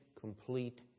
complete